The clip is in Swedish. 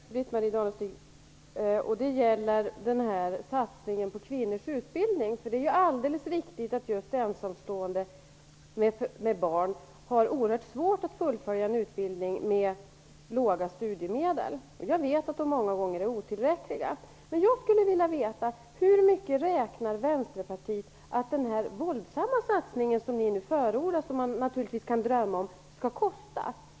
Herr talman! Jag har en fråga till Britt-Marie Danestig-Olofsson. Den gäller satsningen på kvinnors utbildning. Det är alldeles riktigt att just ensamstående med barn har oerhört svårt att fullfölja en utbildning med låga studiemedel. Jag vet att de många gånger är otillräckliga. Men jag skulle vilja veta hur mycket Vänsterpartiet räknar med att denna våldsamma satsning som man nu förordar och som man naturligtvis kan drömma om skall kosta.